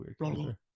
weird